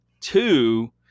Two